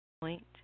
point